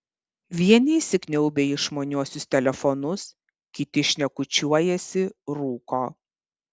vieni įsikniaubę į išmaniuosius telefonus kiti šnekučiuojasi rūko